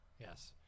Yes